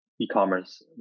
e-commerce